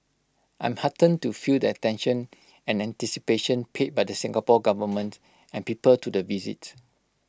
I'm heartened to feel the attention and anticipation paid by the Singapore Government and people to the visit